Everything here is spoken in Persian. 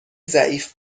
ضعیف